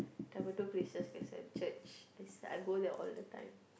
double two places gets a church cause I go there all the time